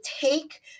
take